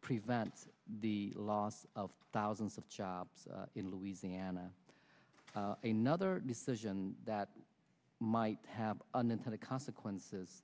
prevent the loss of thousands of jobs in louisiana a nother decision that might have unintended consequences